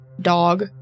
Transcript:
dog